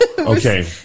Okay